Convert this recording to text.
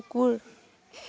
কুকুৰ